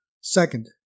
Second